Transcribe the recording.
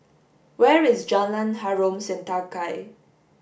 where is Jalan Harom Setangkai